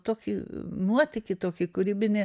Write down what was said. tokį nuotykį tokį kūrybinį